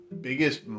biggest